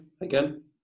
again